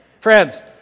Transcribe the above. Friends